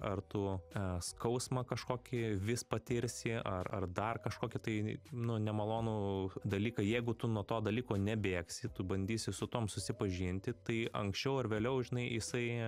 ar tu skausmą kažkokį vis patirsi ar ar dar kažkokį tai nu nemalonų dalyką jeigu tu nuo to dalyko nebėgsi tu bandysi su tom susipažinti tai anksčiau ar vėliau žinai jisai